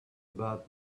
about